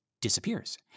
disappears